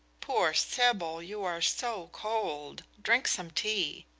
poor sybil, you are so cold. drink some tea.